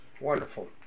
Wonderful